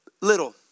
Little